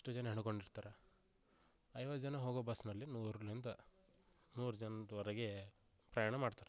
ಅಷ್ಟು ಜನ ಹೆಣೇದ್ಕೊಂಡ್ ಇರ್ತಾರೆ ಐವತ್ತು ಜನ ಹೋಗೋ ಬಸ್ನಲ್ಲಿ ನೂರಲಿಂತ ನೂರು ಜನದವರೆಗೆ ಪ್ರಯಾಣ ಮಾಡ್ತಾರೆ